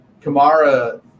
Kamara